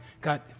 God